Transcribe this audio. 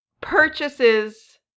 purchases